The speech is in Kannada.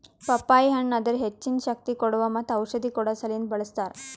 ಪಪ್ಪಾಯಿ ಹಣ್ಣ್ ಅದರ್ ಹೆಚ್ಚಿನ ಶಕ್ತಿ ಕೋಡುವಾ ಮತ್ತ ಔಷಧಿ ಕೊಡೋ ಸಲಿಂದ್ ಬಳ್ಸತಾರ್